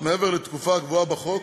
מעבר לתקופה הקבועה בחוק